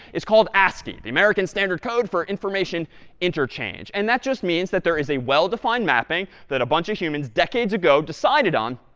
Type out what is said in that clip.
is called ascii, the american standard code for information interchange. and that just means that there is a well-defined mapping that a bunch of humans decades ago decided on,